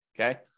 okay